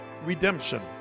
redemption